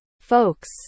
folks